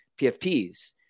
PFPs